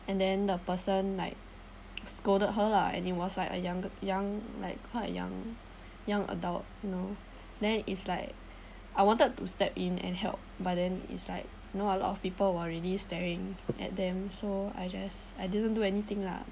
and then the person like scolded her lah and it was like a younger young like quite a young young adult you know then it's like I wanted to step in and help but then it's like you know a lot of people were already staring at them so I just I didn't do anything lah